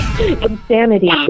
Insanity